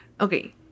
Okay